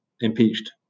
impeached